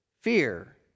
Fear